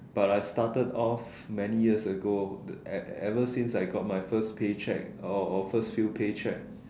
but I started off many years ago the e~ ever since I got my first paycheck or or first few paycheck